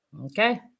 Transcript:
Okay